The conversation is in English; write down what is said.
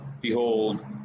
Behold